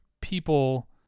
people